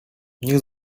niech